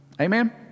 Amen